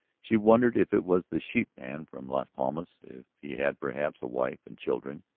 she wondered if it was the sheepman from las palmas if he had, perhaps, a wife and children.